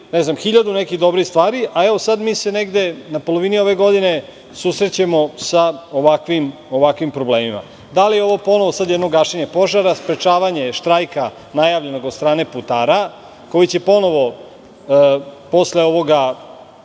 uradili hiljadu nekih dobrih stvari, a evo, sada mi se negde na polovini ove godine susrećemo sa ovakvim problemima. Da li je ovo ponovo sad jedno gašenje požara, sprečavanje štrajka najavljenog od strane putara, koji će ponovo posle ovoga